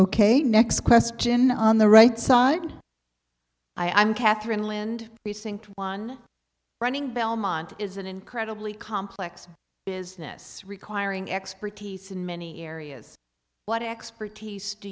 ok next question on the right side i'm catherine lind recent one running belmont is an incredibly complex business requiring expertise in many areas what expertise do